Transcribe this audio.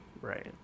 Right